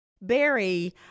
Barry